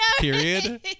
period